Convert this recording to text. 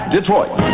Detroit